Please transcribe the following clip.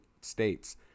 states